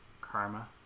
karma